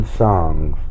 songs